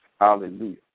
Hallelujah